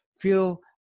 feel